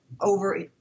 over